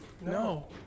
No